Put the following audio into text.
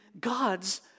God's